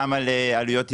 גם על עלויות יבוא,